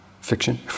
fiction